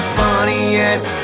funniest